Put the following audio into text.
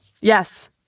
Yes